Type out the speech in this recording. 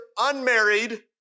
unmarried